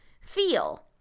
feel